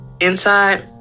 inside